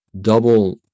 double